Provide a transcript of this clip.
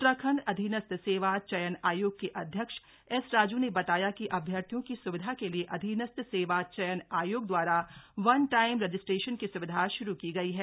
उत्तराखण्ड अधीनस्थ सेवा चयन आयोग के अध्यक्ष एस राजू ने बताया कि अभ्यर्थियों की स्विधा के लिए अधीनस्थ सेवा चयन आयोग वन टाइम रजिस्ट्रेशन की सुविधा श्रू की गई है